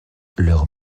leurs